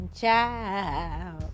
child